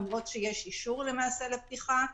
למרות שיש אישור למעשה לפתיחה.